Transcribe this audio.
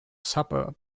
suburb